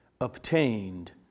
obtained